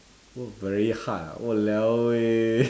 work very hard ah !walao! eh